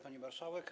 Pani Marszałek!